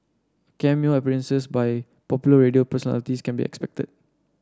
cameo appearances by popular radio personalities can be expected